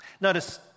Notice